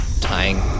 tying